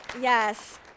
Yes